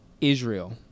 Israel